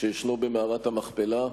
במערת המכפלה.